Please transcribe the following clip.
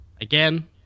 Again